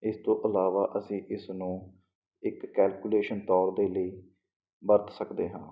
ਇਸ ਤੋਂ ਇਲਾਵਾ ਅਸੀਂ ਇਸ ਨੂੰ ਇੱਕ ਕੈਲਕੂਲੇਸ਼ਨ ਤੌਰ ਦੇ ਲਈ ਵਰਤ ਸਕਦੇ ਹਾਂ